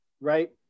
right